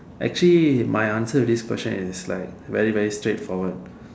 actually my answer for this question is like very very straight forward